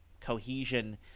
cohesion